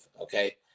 Okay